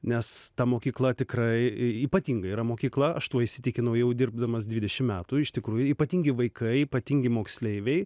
nes ta mokykla tikrai ypatinga yra mokykla aš tuo įsitikinau jau dirbdamas dvidešim metų iš tikrųjų ypatingi vaikai ypatingi moksleiviai